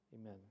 Amen